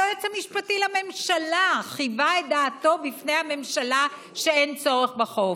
היועץ המשפטי לממשלה חיווה את דעתו בפני הממשלה שאין צורך בחוק,